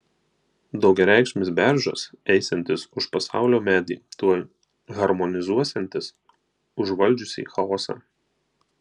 daugiareikšmis beržas eisiantis už pasaulio medį tuoj harmonizuosiantis užvaldžiusį chaosą